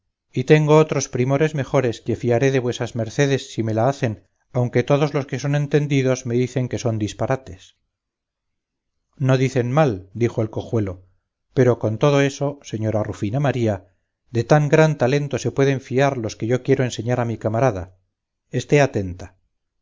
y tengo otros primores mejores que fiaré de vuesas mercedes si me la hacen aunque todos los que son entendidos me dicen que son disparates no dicen mal dijo el cojuelo pero con todo eso señora rufina maría de tan gran talento se pueden fiar los que yo quiero enseñar a mi camarada esté atenta